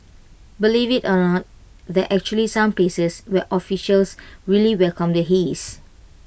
believe IT or not there actually some places where officials really welcome the haze